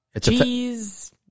cheese